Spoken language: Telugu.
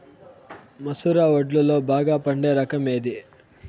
మసూర వడ్లులో బాగా పండే రకం ఏది?